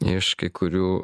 iš kai kurių